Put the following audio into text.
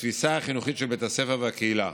והתפיסה החינוכית של בתי הספר והקהילה.